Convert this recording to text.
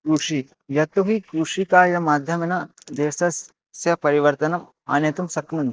कृषिः यत्तुहि कृषिकार्य माध्यमेन देशस्य परिवर्तनम् आनयितुं शक्नोमि